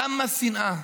כמה שנאה.